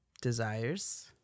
desires